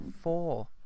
four